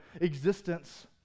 existence